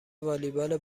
والیبال